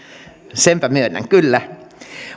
senpä myönnän kyllä